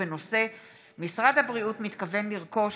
בהצעתו של חבר הכנסת ווליד טאהא בנושא: משרד הבריאות מתכוון לרכוש